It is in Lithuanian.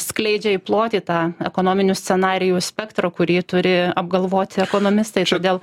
skleidžia į plotį tą ekonominių scenarijų spektrą kurį turi apgalvoti ekonomistai todėl